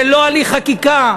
זה לא הליך חקיקה.